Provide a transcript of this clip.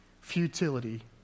futility